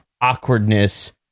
awkwardness